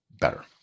better